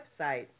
website